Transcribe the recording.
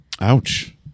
Ouch